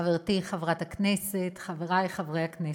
חברתי חברת הכנסת, חברי חברי הכנסת,